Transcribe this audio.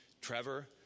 Trevor